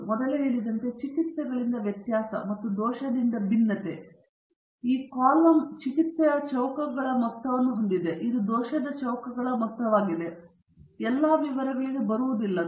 ನಾನು ಮೊದಲೇ ಹೇಳಿದಂತೆ ಚಿಕಿತ್ಸೆಗಳಿಂದ ವ್ಯತ್ಯಾಸ ಮತ್ತು ದೋಷದಿಂದ ಭಿನ್ನತೆ ಮತ್ತು ಈ ಕಾಲಮ್ ಚಿಕಿತ್ಸೆಯ ಚೌಕಗಳ ಮೊತ್ತವನ್ನು ಹೊಂದಿದೆ ಮತ್ತು ಇದು ದೋಷದ ಚೌಕಗಳ ಮೊತ್ತವಾಗಿದೆ ನಾನು ಎಲ್ಲಾ ವಿವರಗಳಿಗೆ ಬರುವುದಿಲ್ಲ